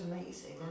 amazing